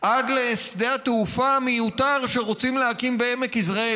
עד לשדה התעופה המיותר שרוצים להקים בעמק יזרעאל.